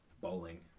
Bowling